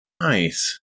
nice